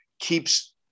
keeps